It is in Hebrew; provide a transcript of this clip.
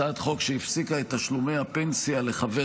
הצעת חוק שהפסיקה את תשלומי הפנסיה לחבר